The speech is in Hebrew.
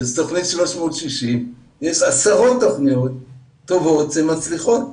וזו תכנית 360 - יש עשרות תכניות טובות שמצליחות.